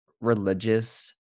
religious